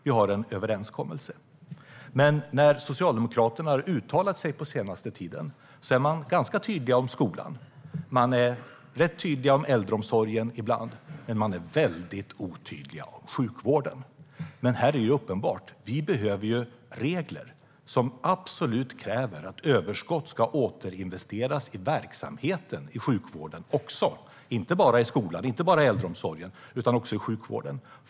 Vi har en överenskommelse. Men när Socialdemokraterna har uttalat sig den senaste tiden är man ganska tydlig när det gäller skolan, man är ibland rätt tydlig om äldreomsorgen men man är väldigt otydlig om sjukvården. Det är uppenbart att här behöver vi regler som absolut kräver att överskott ska återinvesteras i verksamheten även i sjukvården och inte bara i skolan och äldreomsorgen.